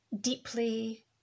deeply